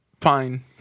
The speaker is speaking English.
Fine